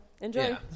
Enjoy